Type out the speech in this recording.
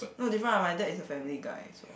no different ah my dad is a family guy also